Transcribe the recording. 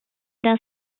das